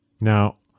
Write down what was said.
Now